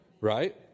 right